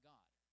God